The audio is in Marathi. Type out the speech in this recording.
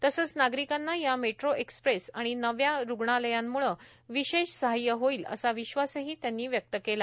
तसंच नागरिकांना या मेट्रो एक्सप्रेस आणि नव्या रूग्णालयांमुळे विशेष सहाय्य होईल असा विश्वासही त्यांनी व्यक्त केला